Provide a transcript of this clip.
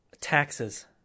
Taxes